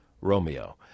Romeo